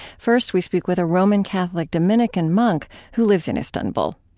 first, we speak with a roman catholic dominican monk who lives in istanbul.